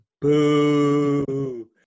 Boo